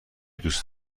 دوست